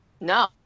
No